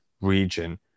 region